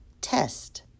Test